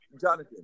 Jonathan